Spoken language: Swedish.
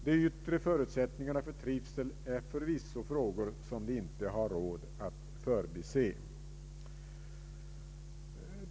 De yttre förutsättningarna för trivsel är förvisso frågor, som vi inte har råd att förbise.